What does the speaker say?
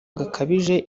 gakabije